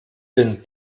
bin